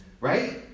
right